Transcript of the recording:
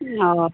ओऽ